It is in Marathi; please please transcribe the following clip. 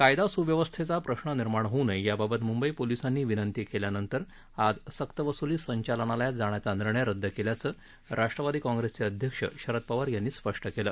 कायदा स्व्यवस्थेचा प्रश्न निर्माण होऊ नये याबाबत मुंबई पोलिसांनी विनंती केल्यानंतर आज सक्तवस्ली संचालनालयात जाण्याचा निर्णय रद्द केल्याचं राष्ट्रवादी काँग्रेसचे अध्यक्ष शरद पवार यांनी स्पष्ट केलं